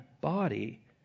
body